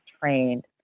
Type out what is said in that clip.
trained